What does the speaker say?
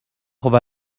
خوب